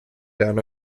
down